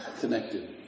connected